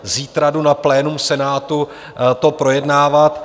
Zítra jdu na plénum Senátu to projednávat.